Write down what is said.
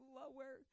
lower